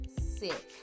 sick